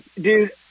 Dude